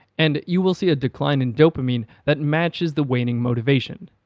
and, you will see a decline in dopamine that matches the waning motivation.